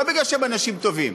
לא מפני שהם אנשים טובים,